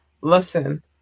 Listen